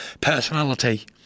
personality